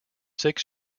six